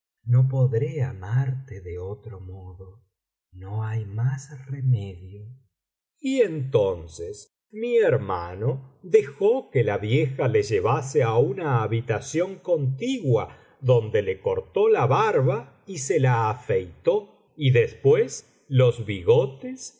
no podré amarte de otro modo no hay más remedio y enfe tonces mi hermano dejó que la vieja le llevase á una habitación contigua donde le cortó la barba y se la afeitó y después los bigotes y